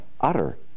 utter